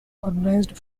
organized